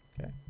Okay